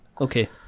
Okay